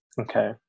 okay